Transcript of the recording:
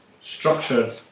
structured